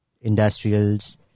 industrials